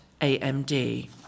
AMD